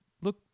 look